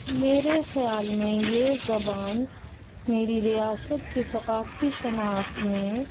میرے خیال میں یہ زبان میری ریاست کے ثقافتی شناخت میں